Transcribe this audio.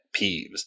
peeves